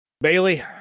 Bailey